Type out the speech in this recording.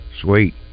Sweet